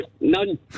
none